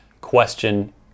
Question